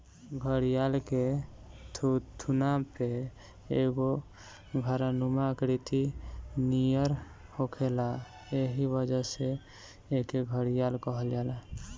घड़ियाल के थुथुना पे एगो घड़ानुमा आकृति नियर होखेला एही वजह से एके घड़ियाल कहल जाला